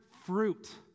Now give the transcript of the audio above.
fruit